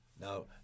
Now